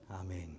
Amen